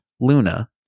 Luna